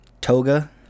Toga